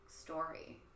story